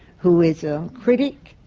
who is a critic,